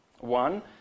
one